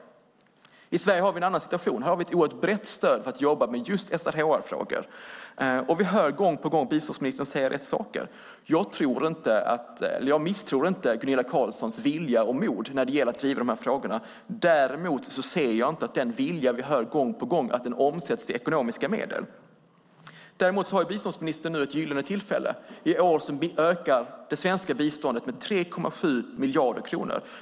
I Sverige har vi en annan situation. Här har vi ett mycket brett stöd för att jobba med just SRHR-frågor, och vi hör gång på gång biståndsministern säga rätt saker. Jag misstror inte Gunilla Carlssons vilja och mod när det gäller att driva dessa frågor, däremot ser jag inte att den vilja vi hör om gång på gång omsätts i ekonomiska medel. Biståndsministern har nu ett gyllene tillfälle. I år ökar det svenska biståndet med 3,7 miljarder kronor.